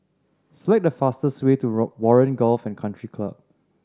select the fastest way to Warren Golf and Country Club